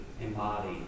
embody